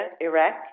Iraq